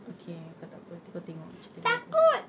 okay kau takpe nanti kau tengok cerita dia